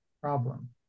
problem